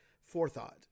forethought